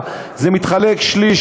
זה מתחלק שליש,